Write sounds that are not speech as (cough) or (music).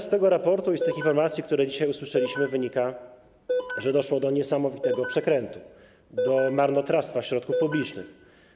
Z tego raportu i z tych informacji, (noise) które dziś usłyszeliśmy, wynika, że doszło do niesamowitego przekrętu, do marnotrawstwa środków publicznych.